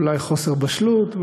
אולי, חוסר בשלות,